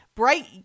bright